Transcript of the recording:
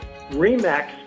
REMAX